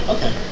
Okay